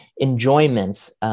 enjoyments